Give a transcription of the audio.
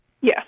Yes